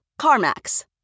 CarMax